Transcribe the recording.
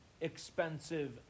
expensive